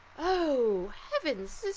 oh! heavens!